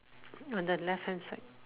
on the left hand side